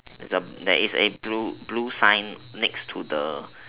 the there's a blue blue sign next to the